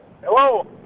Hello